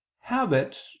habit